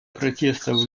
протестов